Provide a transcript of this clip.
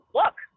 look